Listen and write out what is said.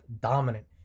dominant